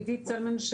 עידית סילמן,